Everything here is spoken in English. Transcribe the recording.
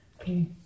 Okay